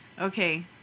Okay